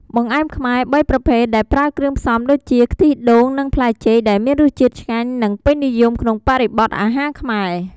បង្អែមខ្មែរ ៣ ប្រភេទ ដែលប្រើគ្រឿងផ្សំដូចជា ខ្ទិះដូង និងផ្លែចេក ដែលមានរសជាតិឆ្ងាញ់ និងពេញនិយមក្នុងបរិបទអាហារខ្មែរ។